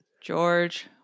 George